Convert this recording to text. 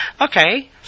okay